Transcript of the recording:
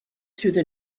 through